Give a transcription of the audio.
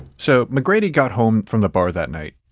so mcgrady got home from the bar that night,